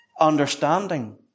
understanding